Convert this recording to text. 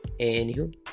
Anywho